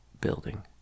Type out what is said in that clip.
building